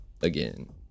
again